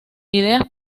ideas